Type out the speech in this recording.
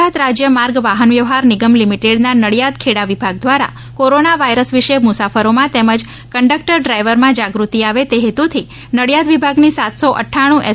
ગુજરાત રાજ્ય માર્ગ વાહન વ્યવહાર નિગમ લિમિટેડના નડિયાદ ખેડા વિભાગ દ્વારા કોરોના વાયરસ વિશે મુસાફરોમાં તેમજ કન્ડકટર ડ્રાઇવરમાં જાગૃતતા આવે તે હેતુથી નડિયાદ વિભાગની સાતસો અક્રાણું એસ